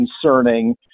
concerning